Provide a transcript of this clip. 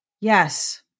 Yes